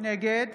נגד